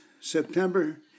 September